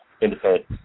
independent